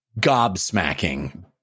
gobsmacking